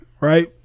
Right